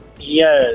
Yes